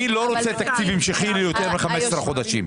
אני לא רוצה תקציב המשכי ליותר מ-15 חודשים.